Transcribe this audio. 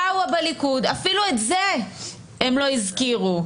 באו בליכוד, אפילו את זה הם לא הזכירו.